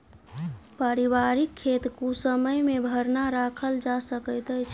पारिवारिक खेत कुसमय मे भरना राखल जा सकैत अछि